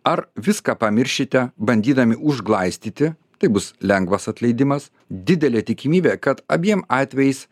ar viską pamiršite bandydami užglaistyti tai bus lengvas atleidimas didelė tikimybė kad abiem atvejais